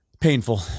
Painful